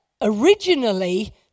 originally